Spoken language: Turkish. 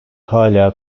hala